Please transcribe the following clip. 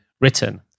written